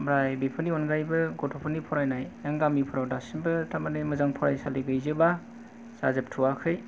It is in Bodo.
बा बेफोरनि अनगायैबो गथ'फोरनि फरायनाय जों गामियाव दासिमबो माने मोजां फरायसालि गैजोबा जाजोबथ'वाखै